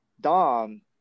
Dom